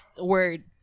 word